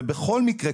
ובכל מקרה,